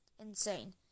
insane